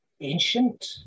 ancient